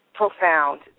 profound